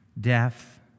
death